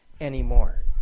anymore